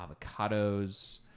avocados